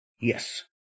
Yes